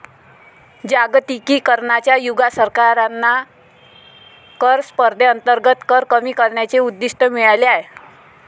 जागतिकीकरणाच्या युगात सरकारांना कर स्पर्धेअंतर्गत कर कमी करण्याचे उद्दिष्ट मिळाले आहे